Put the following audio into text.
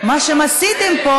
אני מסכים,